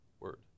Word